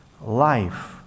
life